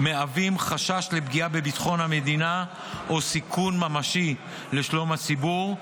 מהווים חשש לפגיעה בביטחון המדינה או סיכון ממשי לשלום הציבור,